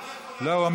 לא,